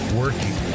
working